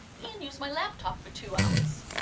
and use my laptop for two hours.